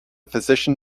physician